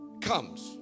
comes